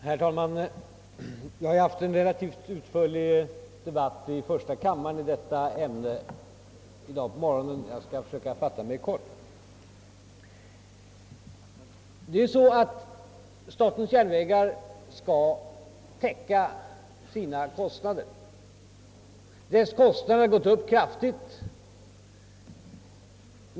Herr talman! Vi har haft en relativt utförlig debatt i första kammaren om detta ämne tidigare i dag, och jag skall därför söka fatta mig kort. Statens järnvägar skall ju täcka sina kostnader. Dessa kostnader har gått upp kraftigt.